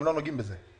הם לא נוגעים בזה,